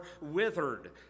withered